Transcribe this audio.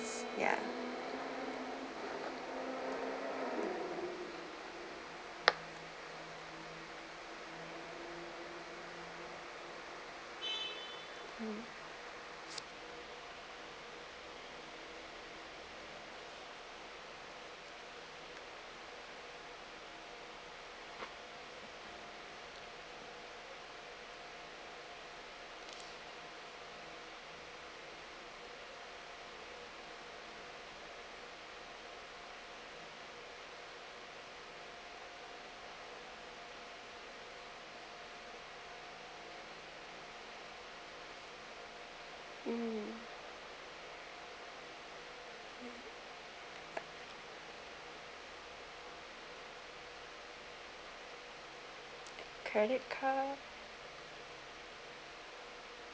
ya um um credit card